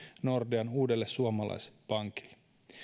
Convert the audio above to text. nordean uudelle suomalaispankille